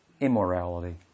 immorality